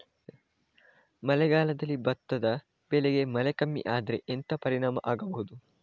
ಮಳೆಗಾಲದಲ್ಲಿ ಭತ್ತದ ಬೆಳೆಗೆ ಮಳೆ ಕಮ್ಮಿ ಆದ್ರೆ ಎಂತ ಪರಿಣಾಮ ಆಗಬಹುದು?